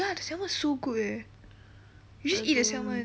ya the salmon is so good eh you should eat the salmon